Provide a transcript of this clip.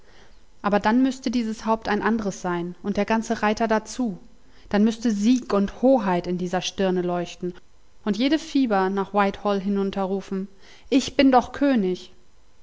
aber dann müßte dieses haupt ein andres sein und der ganze reiter dazu dann müßte sieg und hoheit von dieser stirne leuchten und jede fiber nach whitehall hinunterrufen ich bin doch könig